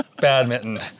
Badminton